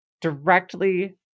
directly